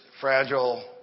fragile